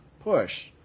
push